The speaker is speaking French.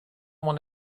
mon